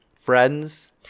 friends